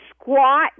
squat